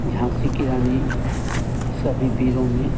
झाँसी की रानी सभी वीरों में